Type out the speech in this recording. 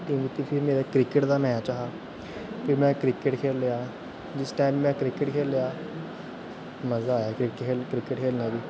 ते फ्ही मेरा क्रिकेट दा मैच हा ते फ्ही में क्रिकेट खेलेआ जिस टाइम में क्रिकेट खेलेआ मजा आया क्रिकेट क्रिकेट खेलने गी